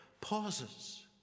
pauses